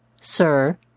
sir